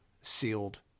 sealed